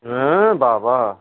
হ্যাঁ বাবা